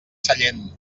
sellent